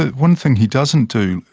one thing he doesn't do,